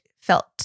felt